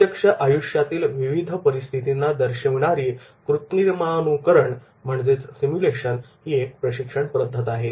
प्रत्यक्ष आयुष्यातील विविध परिस्थितींना दर्शवणारी कृत्रिमानुकरण ही एक प्रशिक्षणपद्धत आहे